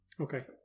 Okay